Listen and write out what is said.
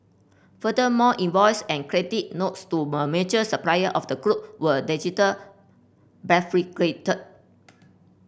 furthermore invoice and credit notes to a major supplier of the group were digital